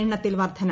എണ്ണത്തിൽ വർദ്ധന